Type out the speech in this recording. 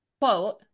quote